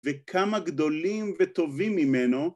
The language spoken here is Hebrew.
וכמה גדולים וטובים ממנו